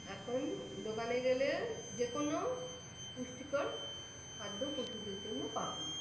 এখন দোকানে গেলে যে কোনো পুষ্টিকর খাদ্য পশুদের জন্য পাবেন